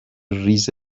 ریز